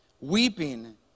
weeping